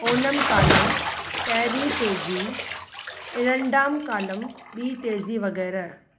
ओनम कालम ऐं पहिरीं तेज़ी इरंडाम कालम ॿी तेज़ी वग़ैरह